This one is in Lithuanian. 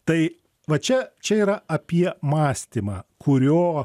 tai va čia čia yra apie mąstymą kurio